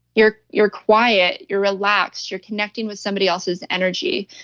you're you're quiet, you're relaxed, you're connecting with somebody else's energy.